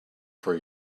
for